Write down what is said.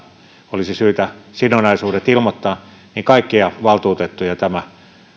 olisi syytä sidonnaisuudet ilmoittaa niin kaikkia valtuutettuja tämä